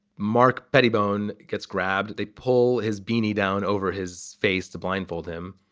mark pettibone gets grabbed. they pull his beanie down over his face to blindfold him.